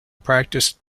practiced